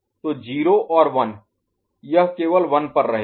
तो 0 और 1 यह केवल 1 पर रहेगा